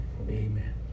Amen